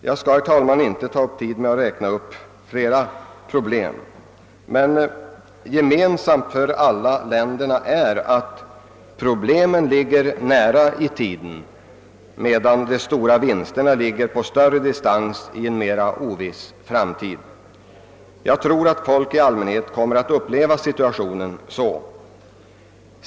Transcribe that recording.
Jag skall, herr talman, inte ta upp tiden med att räkna upp fler problem. Gemensamt för alla länderna är emellertid att problemen ligger nära i tiden medan de stora vinsterna ligger i en mer oviss framtid. Jag tror att folk i allmänhet kommer att uppleva situationen så.